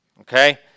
Okay